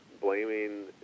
blaming